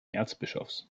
erzbischofs